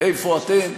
איפה אתם?